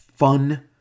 Fun